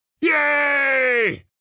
yay